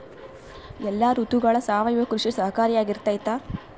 ಎಲ್ಲ ಋತುಗಳಗ ಸಾವಯವ ಕೃಷಿ ಸಹಕಾರಿಯಾಗಿರ್ತೈತಾ?